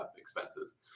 expenses